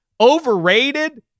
overrated